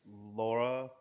Laura